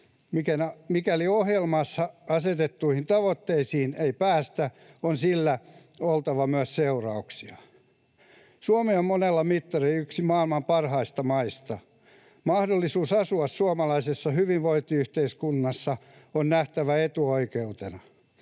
Mikäli ohjelmassa asetettuihin tavoitteisiin ei päästä, on sillä oltava myös seurauksia. Suomi on monella mittarilla yksi maailman parhaista maista. Mahdollisuus asua suomalaisessa hyvinvointiyhteiskunnassa on nähtävä etuoikeutena.